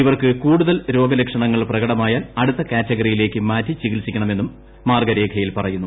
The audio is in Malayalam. ഇവർക്ക് കൂടുതൽ രോഗലക്ഷണങ്ങൾ പ്രകടമായാൽ അടുത്ത കാറ്റഗറിയിലേക്ക് മാറ്റി ചികിത്സിയ്ക്കണമെന്നും മാർഗ്ഗരേഖയിൽ ് പറയുന്നു